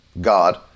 God